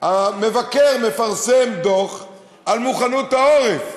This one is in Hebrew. המבקר פרסם דוח על מוכנות העורף.